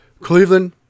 Cleveland